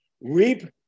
Reap